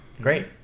Great